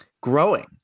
growing